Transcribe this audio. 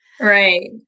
Right